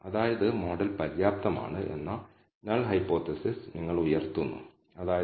അതായത് 95 ശതമാനം കോൺഫിഡൻസോടെ ഈ ഇന്റെർവലിൽ യഥാർത്ഥ β0 ഉണ്ടെന്ന് നമുക്ക് അവകാശപ്പെടാം